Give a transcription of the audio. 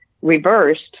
reversed